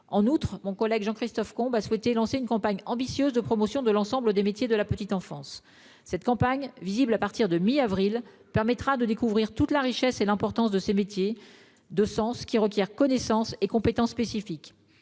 En outre, mon collègue Jean-Christophe Combe a souhaité lancer une campagne ambitieuse de promotion de l'ensemble des métiers de la petite enfance. Cette campagne, visible à partir de la mi-avril, permettra de découvrir toute la richesse et l'importance de ces métiers de sens qui requièrent connaissances et compétences spécifiques.